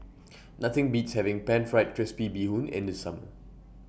Nothing Beats having Pan Fried Crispy Bee Hoon in The Summer